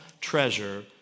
treasure